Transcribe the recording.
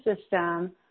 system